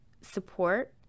support